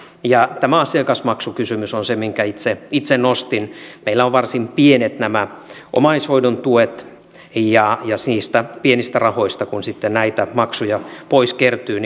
tämä asiakasmaksukysymys on se minkä itse itse nostin meillä on varsin pienet nämä omaishoidon tuet ja niistä pienistä rahoista johtuen kun sitten näitä maksuja kertyy